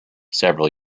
several